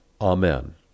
Amen